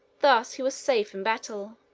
thus he was safe in battle,